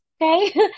okay